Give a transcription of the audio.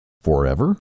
Forever